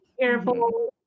careful